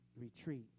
retreat